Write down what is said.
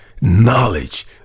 knowledge